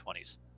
20s